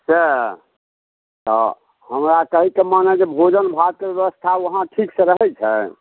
सएह तऽ हमरा कहैके माने जे भोजन भातके व्यवस्था वहाँ ठीकसँ रहै छै